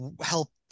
help